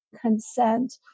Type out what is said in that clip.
consent